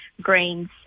grains